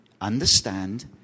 understand